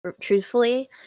truthfully